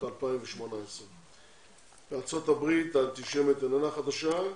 2018. בארצות הברית האנטישמיות איננה חדשה,